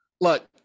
look